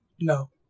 No